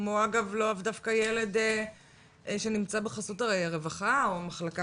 כמו אגב לאו דווקא ילד שנמצא בחסות הרווחה או המחלקה